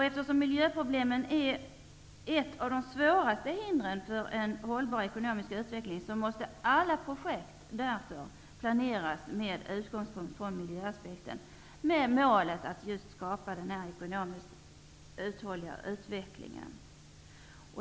Eftersom miljöproblemen är ett av de svåraste hindren för en hållbar ekonomisk utveckling, måste alla projekt planeras med utgångspunkt i miljöaspekten, med målet att skapa en ekonomiskt uthållig utveckling.